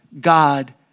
God